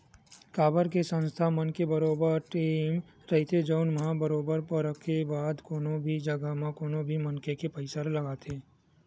काबर के संस्था मन के बरोबर टीम रहिथे जउन मन ह बरोबर परखे के बाद कोनो भी जघा म कोनो भी मनखे के पइसा ल लगाथे